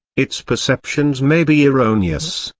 its perceptions may be erroneous,